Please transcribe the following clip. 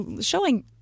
showing